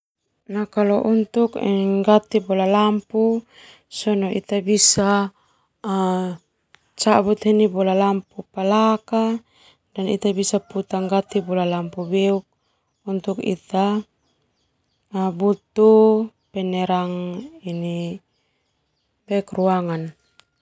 Ngganti bola lampu sona ita bisa cabut heni bola lampu palak dan ita bisa puta bola lampu beuk untuk ita butuh penerang ini ruangan.